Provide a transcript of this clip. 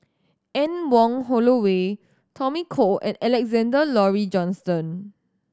Anne Wong Holloway Tommy Koh and Alexander Laurie Johnston